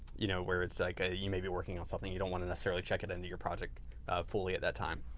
you know where it's like, ah you may be working on something, you don't want to necessarily check it into your project fully at that time.